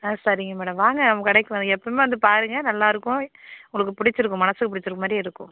ஆ சரிங்க மேடம் வாங்க நம்ம கடைக்கு எப்பயுமே வந்து பாருங்கள் நல்லாயிருக்கும் உங்களுக்கு பிடிச்சிருக்கும் மனதுக்கு பிடிச்சிருக்க மாதிரி இருக்கும்